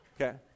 okay